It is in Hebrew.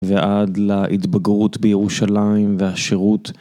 ועד להתבגרות בירושלים והשירות.